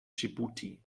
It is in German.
dschibuti